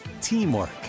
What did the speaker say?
Teamwork